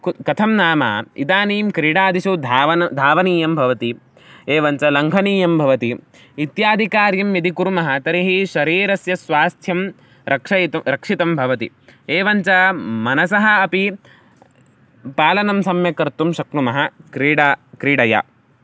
कुतः कथं नाम इदानीं क्रीडादिषु धावनं धावनीयं भवति एवञ्च लङ्घनीयं भवति इत्यादिकार्यं यदि कुर्मः तर्हि शरीरस्य स्वास्थ्यं रक्षयितुं रक्षितं भवति एवञ्च मनसः अपि पालनं सम्यक् कर्तुं शक्नुमः क्रीडा क्रीडया